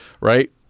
right